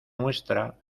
nuestra